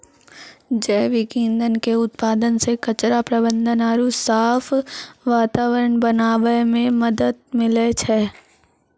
जैविक ईंधन के उत्पादन से कचरा प्रबंधन आरु साफ वातावरण बनाबै मे मदत मिलै छै